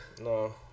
No